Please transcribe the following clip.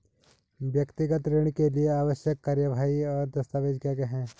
व्यक्तिगत ऋण के लिए आवश्यक कार्यवाही और दस्तावेज़ क्या क्या हैं?